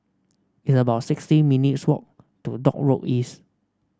it's about sixty minutes' walk to Dock Road East